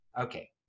Okay